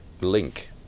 link